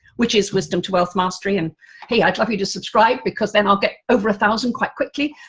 which is wisdom to wealth mastery and hey, i'd love you to subscribe, because then i'll get over a thousand quite quickly,